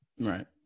Right